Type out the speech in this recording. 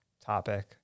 topic